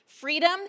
Freedom